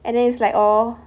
and then it's like all